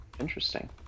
Interesting